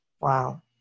Wow